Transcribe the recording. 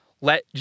let